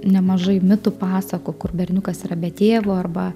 nemažai mitų pasakų kur berniukas yra be tėvo arba